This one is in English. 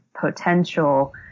potential